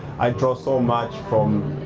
i draw so much from